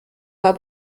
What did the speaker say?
war